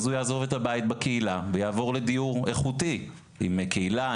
הוא יעזוב את הבית בקהילה ויעבור לדיור איכותי עם קהילה,